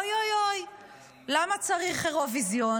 אוי, אוי, אוי, למה צריך אירוויזיון?